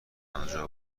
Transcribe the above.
آنجا